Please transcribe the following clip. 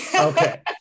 Okay